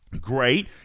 Great